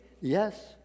yes